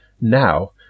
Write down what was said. now